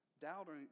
Doubting